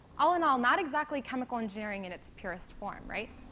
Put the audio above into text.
all in all, not exactly chemical engineering in its purest form, right?